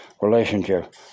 relationship